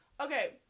okay